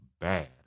bad